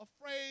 afraid